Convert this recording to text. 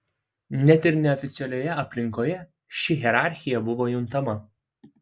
net ir neoficialioje aplinkoje ši hierarchija buvo juntama